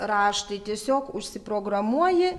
raštai tiesiog užsiprogramuoji